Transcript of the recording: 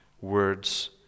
words